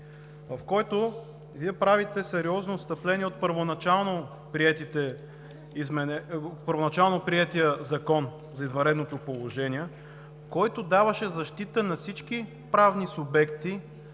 в който Вие правите сериозно отстъпление от първоначално приетия Закон за извънредното положение, който даваше защита на всички правни субекти,